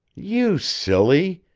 you silly!